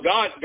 God